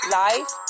life